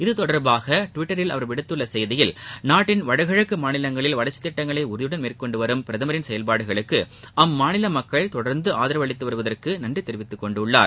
இது தொடர்பாக டுவிட்டரில் அவர் விடுத்துள்ள செய்தியில் நாட்டின் வடகிழக்கு மாநிலங்களில் வளர்ச்சித் திட்டங்களை உறுதியுடன் மேற்கொண்டு வரும் பிரதமரின் செயல்பாடுகளுக்கு அம்மாநில மக்கள் தொடர்ந்து ஆதரவு அளித்து வருவதற்கு நன்றி தெரிவித்துக் கொண்டுள்ளார்